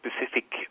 specific